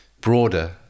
broader